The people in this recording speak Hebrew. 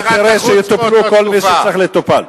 אתה תראה שיטופל כל מי שצריך להיות מטופל.